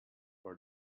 for